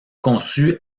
conçu